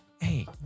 Hey